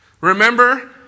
Remember